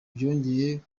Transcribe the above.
byongeye